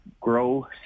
grow